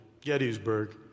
Gettysburg